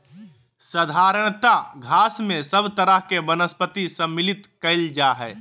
साधारणतय घास में सब तरह के वनस्पति सम्मिलित कइल जा हइ